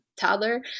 toddler